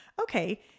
okay